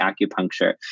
acupuncture